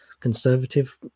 conservative